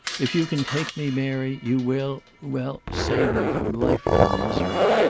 if you can take me, mary, you will well save me from lifelong misery,